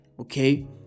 okay